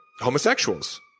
homosexuals